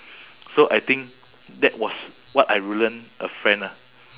so I think that was what I ruin a friend ah